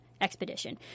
expedition